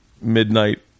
midnight